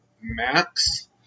max